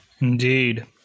Indeed